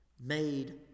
made